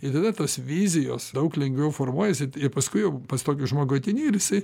ir tada tos vizijos daug lengviau formuojasi ir paskui jau pas tokį žmogų ateini ir jisai